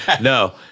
no